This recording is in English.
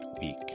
week